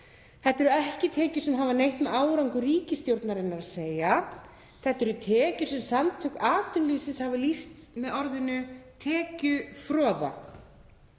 Þetta eru ekki tekjur sem hafa neitt um árangur ríkisstjórnarinnar að segja. Þetta eru tekjur sem Samtök atvinnulífsins hafa lýst með orðinu tekjufroða.